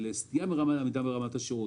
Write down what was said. על סטייה מעמידה ברמת השירות.